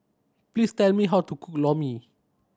please tell me how to cook Lor Mee